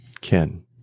Ken